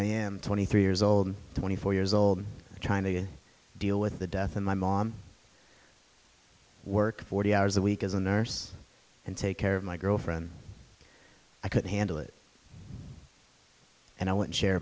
i am twenty three years old twenty four years old trying to deal with the death of my mom work forty hours a week as a nurse and take care of my girlfriend i could handle it and i want